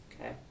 Okay